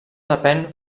depèn